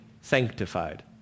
sanctified